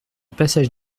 passage